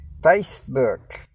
Facebook